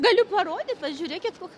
galiu parodyt pažiūrėkit kokių